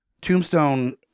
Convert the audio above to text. Tombstone